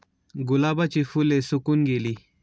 गुलाबाची फुले सुकून गेली